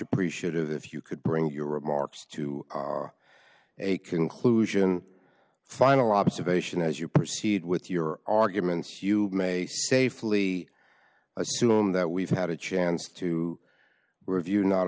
appreciative if you could bring your remarks to a conclusion final observation as you proceed with your arguments you may safely assume that we've had a chance to review not